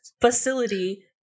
facility